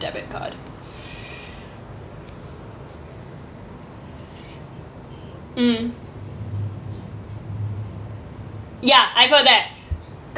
debit card mm ya I've heard that